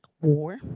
war